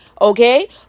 Okay